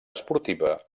esportiva